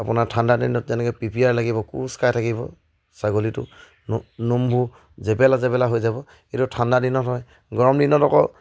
আপোনাৰ ঠাণ্ডা দিনত যেনেকৈ পিপিয়াৰ লাগিব কোচ কাই থাকিব ছাগলীটো নো নোমবোৰ জেপেলা জেপেলা হৈ যাব এইটো ঠাণ্ডা দিনত হয় গৰম দিনত আকৌ